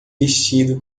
vestido